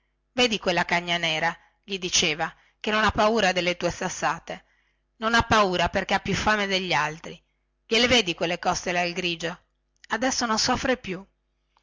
vedi quella cagna nera gli diceva che non ha paura delle tue sassate non ha paura perchè ha più fame degli altri gliele vedi quelle costole adesso non soffriva più